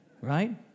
right